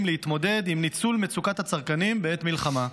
להתמודד עם ניצול מצוקת הצרכנים בעת מלחמה.